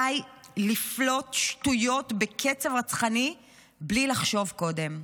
די לפלוט שטויות בקצב רצחני בלי לחשוב קודם.